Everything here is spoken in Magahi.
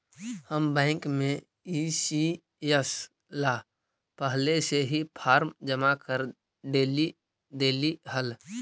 हम बैंक में ई.सी.एस ला पहले से ही फॉर्म जमा कर डेली देली हल